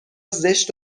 زشت